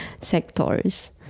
sectors